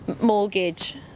Mortgage